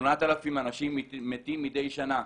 8,000 אנשים מתים מדי שנה.